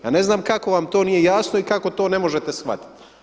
Ja ne znam kako vam to nije jasno i kako to ne možete shvatiti.